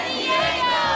Diego